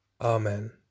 Amen